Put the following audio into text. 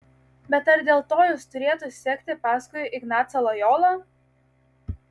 bet ar dėl to jis turėtų sekti paskui ignacą lojolą